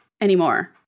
anymore